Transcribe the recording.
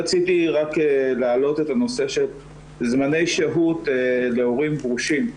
רציתי להעלות את הנושא של זמני שהות להורים גרושים.